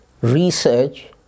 research